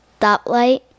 stoplight